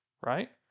right